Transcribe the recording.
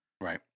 Right